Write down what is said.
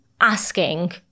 asking